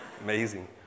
Amazing